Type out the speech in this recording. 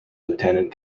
lieutenant